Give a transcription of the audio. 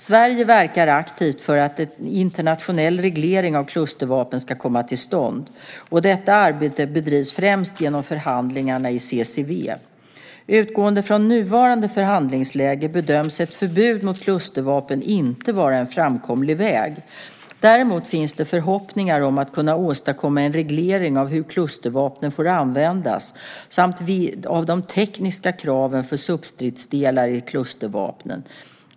Sverige verkar aktivt för att en internationell reglering av klustervapen ska komma till stånd, och detta arbete bedrivs främst genom förhandlingarna i CCW. Utgående från nuvarande förhandlingsläge bedöms ett förbud mot klustervapen inte vara en framkomlig väg. Däremot finns det förhoppningar om att kunna åstadkomma en reglering av hur klustervapen får användas samt av de tekniska kraven för substridsdelar i klustervapen.